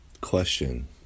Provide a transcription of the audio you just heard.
question